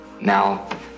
Now